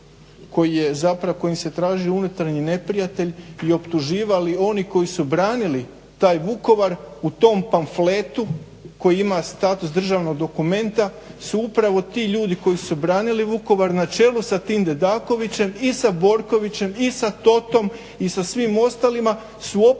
kojim se traži unutarnji neprijatelj i optuživali oni koji su branili taj Vukovar u tom pamfletu koji ima status državnog dokumenta su upravo ti ljudi koji su branili Vukovar na čelu sa tim Dedakovićem i sa Borkovićem i sa Totom i sa svim ostalima su optuženi